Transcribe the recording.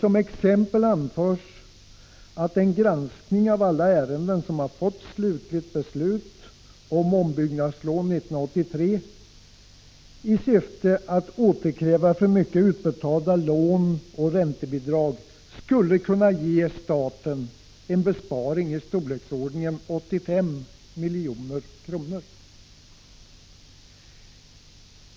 Som exempel anförs att en granskning av alla ärenden där slutligt beslut fattats och som avser ombyggnadslån 1983, i syfte att återkräva för mycket utbetalda lån och räntebidrag, skulle kunna innebära att staten gör en besparing som ligger i storleksordningen 85 milj.kr.